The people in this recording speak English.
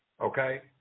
Okay